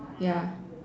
ya